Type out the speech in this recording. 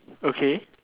okay